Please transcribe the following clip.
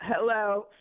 Hello